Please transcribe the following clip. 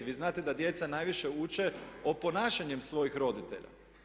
Vi znate da djeca najviše uče oponašanjem svojih roditelja.